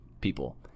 people